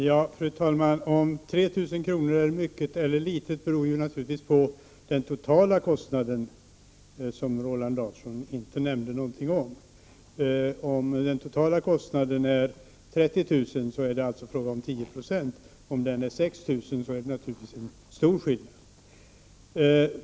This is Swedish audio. Fru talman! Om 3 000 kr. är mycket eller litet beror naturligtvis på den totala kostnaden, som Roland Larsson inte nämnde någonting om. Om den totala kostnaden är 30 000 är det alltså fråga om 10 26, om den är 6 000 är det naturligtvis en stor skillnad.